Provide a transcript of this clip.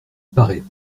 paraît